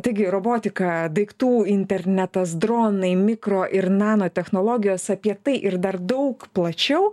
taigi robotika daiktų internetas dronai mikro ir nanotechnologijos apie tai ir dar daug plačiau